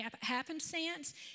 happenstance